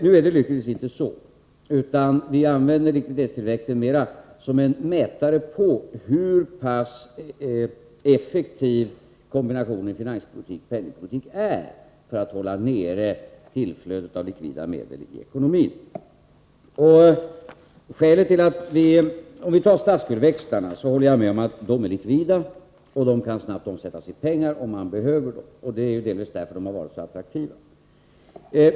Nu är det lyckligtvis inte så, utan vi använder likviditetstillväxten mera som en mätare på hur pass effektiv kombinationen finanspolitik-penningpolitik är för att hålla nere tillflödet av likvida medel i ekonomin. När det gäller statsskuldsväxlarna så håller jag med om att de är likvida och snabbt kan omsättas i pengar om så behövs. Det är ju delvis därför de har varit så attraktiva.